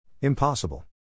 Impossible